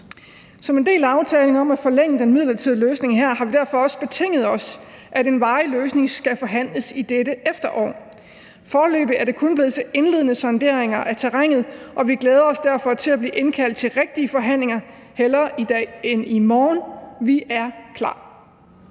Som en del af aftalen om at forlænge den midlertidige løsning her har vi derfor også betinget os, at en varig løsning skal forhandles i dette efterår. Foreløbig er det kun blevet til indledende sonderinger af terrænet, og vi glæder os derfor til at blive indkaldt til rigtige forhandlinger – hellere i dag end i morgen. Vi er klar.